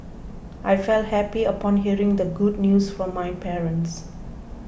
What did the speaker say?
I felt happy upon hearing the good news from my parents